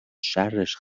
شرش